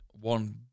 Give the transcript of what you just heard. one